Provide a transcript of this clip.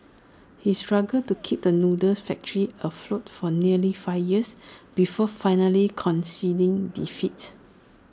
he struggled to keep the noodle's factory afloat for nearly five years before finally conceding defeats